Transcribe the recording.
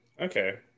Okay